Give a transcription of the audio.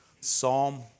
Psalm